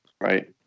right